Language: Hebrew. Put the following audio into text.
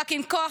רק עם כוח,